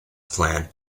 plan